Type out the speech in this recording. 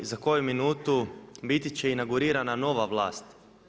Za koju minutu biti će inaugurirana nova vlast.